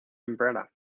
umbrella